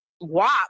wop